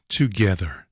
together